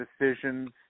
decisions